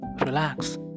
Relax